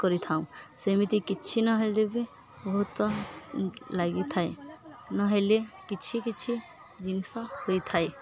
କରିଥାଉ ସେମିତି କିଛି ନହେଲେ ବି ବହୁତ ଲାଗିଥାଏ ନହେଲେ କିଛି କିଛି ଜିନିଷ ହୋଇଥାଏ